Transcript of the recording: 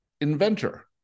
inventor